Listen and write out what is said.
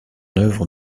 œuvre